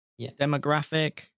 demographic